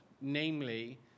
namely